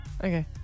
Okay